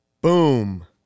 Boom